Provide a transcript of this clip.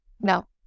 No